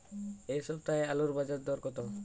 এ সপ্তাহে আলুর বাজার দর কত?